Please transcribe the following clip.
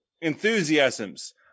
Enthusiasms